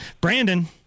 Brandon